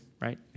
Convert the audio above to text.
right